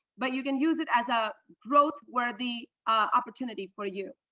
but you can use it as a growth worthy opportunity for you.